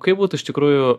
kaip būtų iš tikrųjų